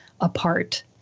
apart